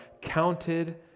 counted